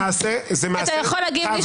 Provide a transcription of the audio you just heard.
-- זה מעשה -- אתה יכול להגיב לי,